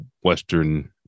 western